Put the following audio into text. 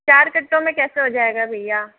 चार कट्टों में कैसे हो जाएगा भैया